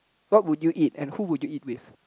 what would you eat and who would you eat with